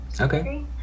Okay